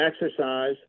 exercise